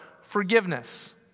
forgiveness